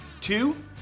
Two